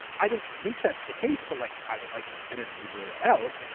i don't think that's the case, but like i would like to definitively rule that out.